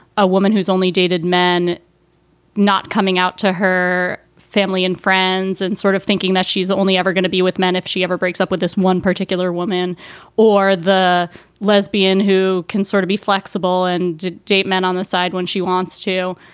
a woman who's only dated men not coming out to her family and friends and sort of thinking that she's only ever going to be with men if she ever breaks up with this one particular woman or the lesbian who can sort of be flexible and to date, men on the side when she wants to.